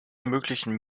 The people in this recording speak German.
möglichen